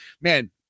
man